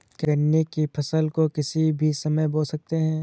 क्या गन्ने की फसल को किसी भी समय बो सकते हैं?